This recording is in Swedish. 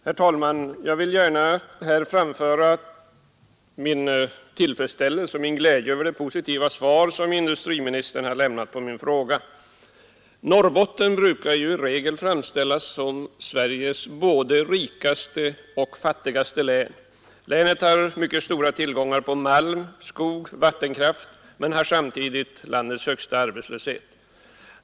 Herr talman! Jag vill ge uttryck för min tillfredsställelse och min glädje över det positiva svar som industriministern har lämnat på min enkla fråga. Norrbotten brukar ju i regel framställas som Sveriges både rikaste och fattigaste län. Länet har mycket stora tillgångar på malm, skog och vattenkraft men har samtidigt landets högsta arbetslöshet.